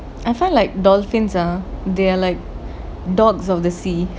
I felt like dolphins ah they are like dogs of the sea